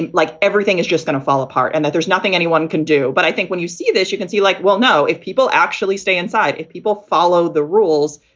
and like everything is just going to fall apart and that there's nothing anyone can do. but i think when you see this, you can see like, well, no, if people actually stay inside. if people follow the rules,